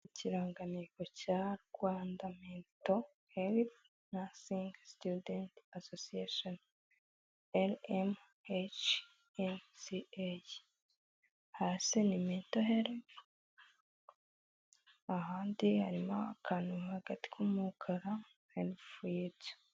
Ikirangantego cya Rwanda Mental Health Student Association, RMHNSA, hasi ni Mental Health, ahandi harimo akantu hagati k'umukara na two Health.